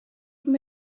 from